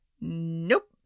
Nope